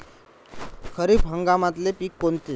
खरीप हंगामातले पिकं कोनते?